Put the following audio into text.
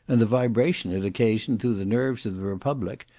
and the vibration it occasioned through the nerves of the republic,